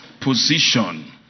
position